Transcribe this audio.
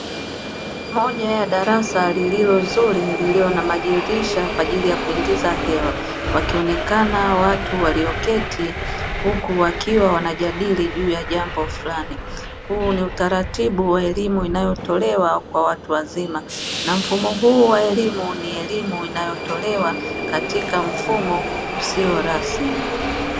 Moja ya Darasa lililo zuri lililo na majadirisha kwa ajili ya kuingiza hewa, wakionekana watu walioketi huku wakiwa wanajadili juu ya jambo fulani, huu ni utaratibu wa elimu inayotolewa kwa watu wazima na mfumo huu wa elimu ni elimu inayotolewa katika mfumo usio rasmi.